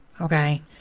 okay